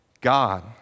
God